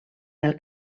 del